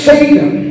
Satan